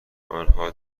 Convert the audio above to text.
آنها